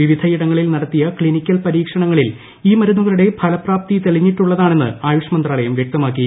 വിവിധയിടങ്ങളിൽ നടത്തിയ ക്സിനിക്കൽ പരീക്ഷണങ്ങളിൽ ഈ മരുന്നുകളുടെ ഫലപ്രാപ്തി തെളിഞ്ഞിട്ടുള്ളതാണെന്ന് ആയുഷ് മന്ത്രാലയം വ്യക്തമാക്കി